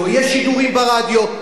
לא יהיו שידורים ברדיו,